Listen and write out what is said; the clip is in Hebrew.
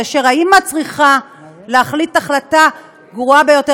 כאשר האימא צריכה להחליט החלטה גרועה ביותר